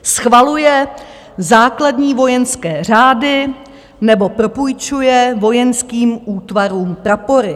Schvaluje základní vojenské řády nebo propůjčuje vojenským útvarům prapory.